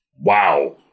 Wow